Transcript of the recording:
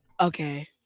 Okay